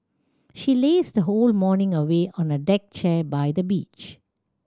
she lazed her whole morning away on a deck chair by the beach